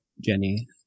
Jenny